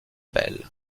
bell